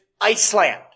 Iceland